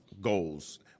goals